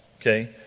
okay